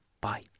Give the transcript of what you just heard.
Bye